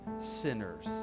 sinners